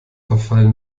verfall